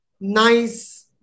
nice